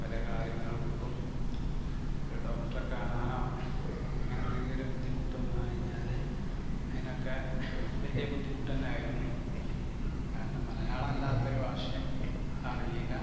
പല കാര്യങ്ങൾക്കും ഒരു ഡോക്ടറെ കാണാനോ അങ്ങനെന്തെങ്കിലുമൊരു ബുദ്ധിമുട്ട് വന്ന് കഴിഞ്ഞാല് അതിനൊക്കെ വലിയ ബുദ്ധിമുട്ടുതന്നെ ആയിരുന്നു കാരണം മലയാളം അല്ലാത്തൊരു ഭാഷയും അറിയില്ല